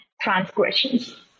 transgressions